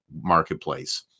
marketplace